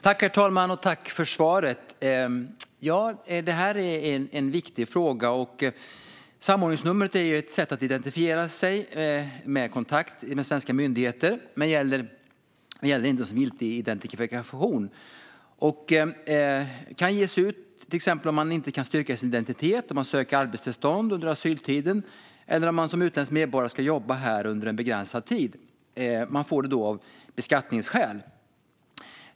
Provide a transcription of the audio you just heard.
Herr talman! Tack, ministern, för svaret! Detta är en viktig fråga. Samordningsnumret är ju ett sätt att identifiera sig i kontakten med svenska myndigheter, men det gäller inte som giltig identifikation. Det kan ges ut om man till exempel inte kan styrka sin identitet när man söker arbetstillstånd under asyltiden eller om man som utländsk medborgare ska jobba här under en begränsad tid. Man får det då av beskattningsskäl.